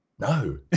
No